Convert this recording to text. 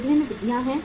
विभिन्न विधियाँ हैं